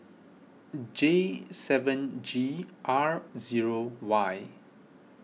J seven G R zero Y